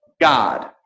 God